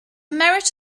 merit